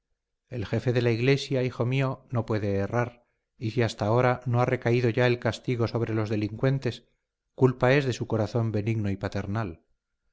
el jefe de la iglesia hijo mío no puede errar y si hasta ahora no ha recaído ya el castigo sobre los delincuentes culpa es de su corazón benigno y paternal